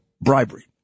bribery